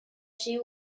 she